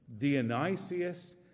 Dionysius